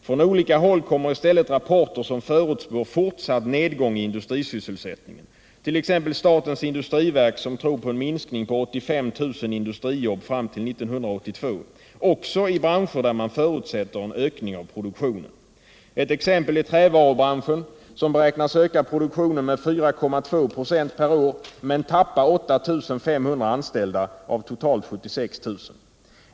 Från olika håll kommer i stället rapporter som förutspår fortsatt nedgång i industrisysselsättningen — t.ex. från statens industriverk som tror på en minskning med 85 000 industrijobb fram till 1982 — också i branscher där man förutsätter en ökning av produktionen. Ett exempel är trävarubranschen, som beräknas öka produktionen med 4.2 26 per år men tappa 8 500 anställda av totalt 76 000.